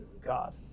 God